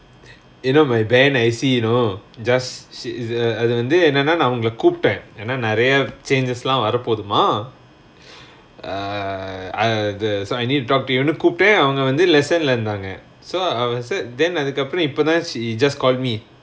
you know my band I_C know just see err அதுவந்து என்னன்னா நா அவங்கள கூப்ட ஏன்னா நெறய:athuvanthu ennanna naa avangala koopda yaennaa neraya changes lah வர போதுமா:vara pothumaa err err the so I need to drop you ன்னு கூப்ட அவங்க வந்து:nnu koopda avanga vanthu lesson learned leh இருந்தாங்க:irunthaanga so I would say then அதுக்கு அப்புறம் இப்ப தான்:athukku appuram ippa thaan she just called me